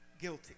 guilty